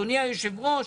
אדוני היושב-ראש,